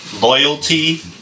loyalty